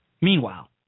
Meanwhile